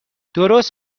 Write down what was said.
درست